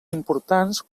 importants